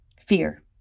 fear